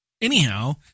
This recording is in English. Anyhow